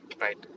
right